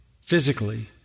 physically